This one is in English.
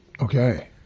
Okay